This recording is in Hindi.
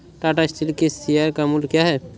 टाटा स्टील के शेयर का मूल्य क्या है?